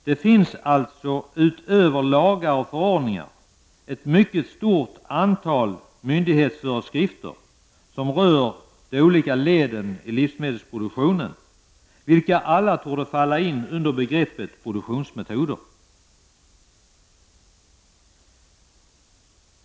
Det finns alltså, utöver lagar och förordningar, ett mycket stort antal myndighetsföreskrifter som rör de olika leden i livsmedelsproduktionen, vilka alla torde falla in under begreppet produktionsmetoder.